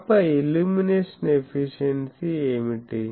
ఆపై illumination efficiency ఏమిటి